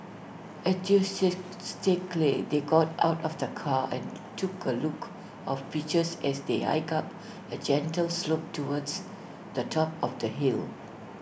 enthusiastically they got out of the car and took A look of pictures as they hiked up A gentle slope towards the top of the hill